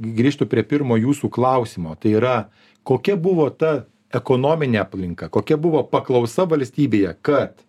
grįžtu prie pirmo jūsų klausimo tai yra kokia buvo ta ekonominė aplinka kokia buvo paklausa valstybėje kad